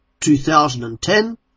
2010